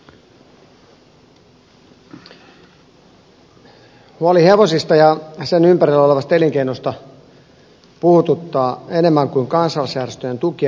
huoli hevosista ja niiden ympärillä olevasta elinkeinosta puhututtaa enemmän kuin kansallisjärjestöjen tukien leikkaaminen